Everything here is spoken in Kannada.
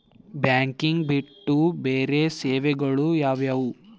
ಬ್ಯಾಂಕಿಂಗ್ ಬಿಟ್ಟು ಬೇರೆ ಸೇವೆಗಳು ಯಾವುವು?